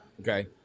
Okay